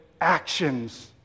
actions